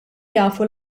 jafu